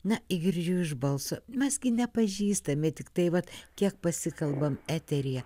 na įgirdžiu iš balso mes gi nepažįstami tiktai vat kiek pasikalbam eteryje